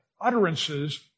utterances